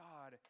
God